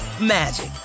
magic